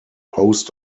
post